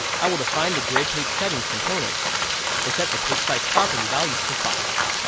i will define the grid page settings component and set the page size property value to five.